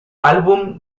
álbum